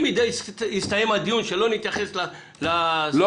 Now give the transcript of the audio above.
אם יסתיים הדיון שלא נתייחס --- לא,